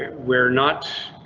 and we're not